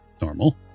normal